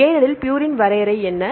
ஏனெனில் ப்யூரின் வரையறை என்ன